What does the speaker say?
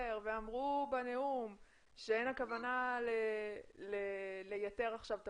ואמרו בנאום שאין הכוונה לייתר עכשיו את